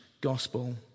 gospel